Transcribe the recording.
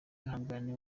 ihangane